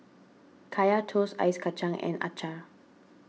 Kaya Toast Ice Kachang and Acar